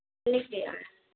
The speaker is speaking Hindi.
लिख दिया